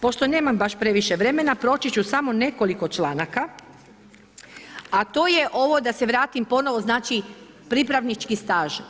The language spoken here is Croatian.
Pošto nemam baš previše vremena, proći ću samo nekoliko članaka, a to je ovo da se vratim ponovno znači pripravnički staž.